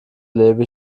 lebe